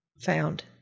found